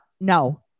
no